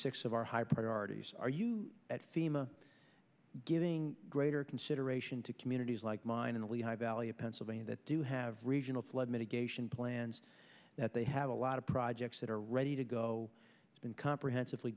six of our high priorities are you at fema giving greater consideration to communities like mine in the lehigh valley of pennsylvania that do have regional flood mitigation plans that they have a lot of projects that are ready to go it's been comprehensive